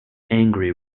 angry